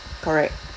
correct